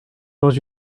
dans